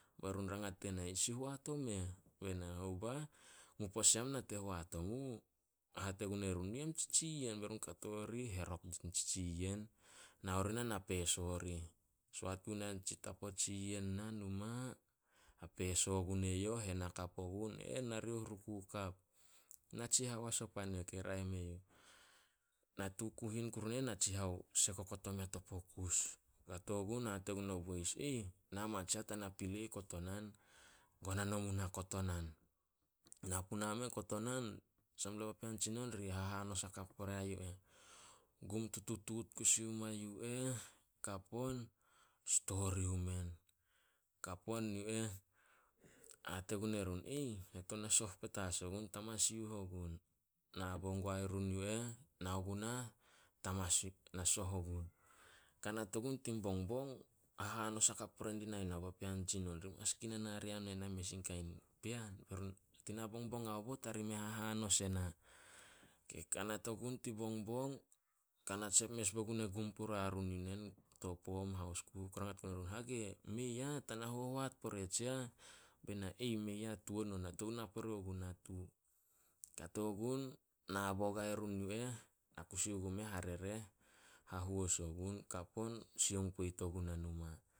Be run rangat die na, "Sih hoat omeh?" Be na, "Hou bah, mu pose am nate hoat omu." Hate gun erun, "Nu yem tsitsi yen." Be run kato rih herok di ni tsitsi yen, nao ri nah na peso rih. Soat guna tsi tapo tsi yen na numa, hapeso gun eyouh, hen akap ogun, e eh narioh ruku kap. Natsihao as o pan yu eh kei raeh me yuh. Natu kuhin kuru on e eh, natsihao sek okot on to pokus. Kato gun hate guo boys, "Na ma tsiah tana pilei kotonan. Gonan o muna kotonan. Na puna men kotonan, sampla papean tsinon ri hahanos akap pore a yu eh. Gum tututuut kusi oma yu eh, kap on yu eh, hate gun erun, "Na tou na soh petas ogun. Tamasiuh ogun." Nabo guai run yu eh, nao gunah na soh ogun. Kanat ogun tin bongbong, hahanos hakap pore dinai na papean tsinon. Ri mas kinan hare ena i mes in kain pean. Tina bongbong haobot ari me hahanos ena. Rangat gun erun, "Hage?" "Mei ah, tana hohoat pore tsiah." Be na, "Mei ah tuan on, na tou na pore gun natu." Kato gun nabo guai run yu eh, na kusi gumeh harereh. Hahuos ogun, kap on sioung poit ogu na numa.